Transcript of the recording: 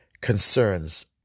concerns